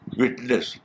witness